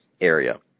area